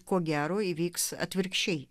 ko gero įvyks atvirkščiai